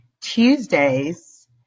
Tuesdays